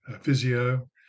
physio